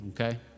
Okay